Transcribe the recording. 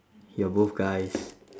you're both guys